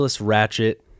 ratchet